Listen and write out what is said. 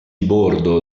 bordo